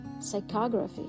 psychography